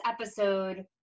episode